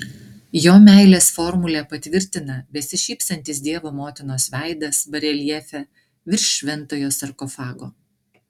jo meilės formulę patvirtina besišypsantis dievo motinos veidas bareljefe virš šventojo sarkofago